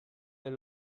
del